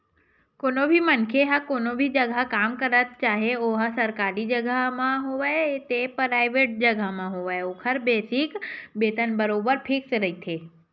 कोनो भी मनखे ह कोनो भी जघा काम करथे चाहे ओहा सरकारी जघा म होवय ते पराइवेंट जघा म होवय ओखर बेसिक वेतन बरोबर फिक्स रहिथे